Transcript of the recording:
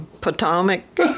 Potomac